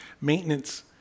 maintenance